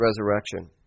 resurrection